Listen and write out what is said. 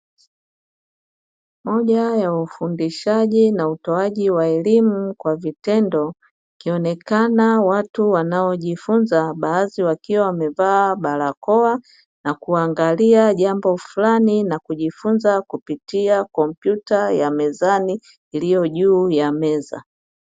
Moja ya ufundishaji na utoaji wa elimu kwa vitendo, wakionekana watu wanaojifunza baadhi wakiwa wamevaa barakoa na kuangalia jambo fulani na kujifunza kupitia kompyuta ya mezani iliyo juu ya meza.